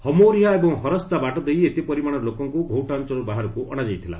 ହାମୌରିହା ଏବଂ ହରସ୍ତା ବାଟଦେଇ ଏତେ ପରିମାଣର ଲୋକଙ୍କୁ ଘୋଉଟା ଅଞ୍ଚଳରୁ ବାହାରକୁ ଅଶାଯାଇଥିଲା